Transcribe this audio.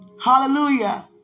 Hallelujah